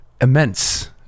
immense